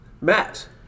Matt